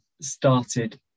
started